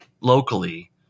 locally